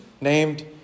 named